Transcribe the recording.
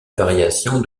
variation